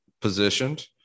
positioned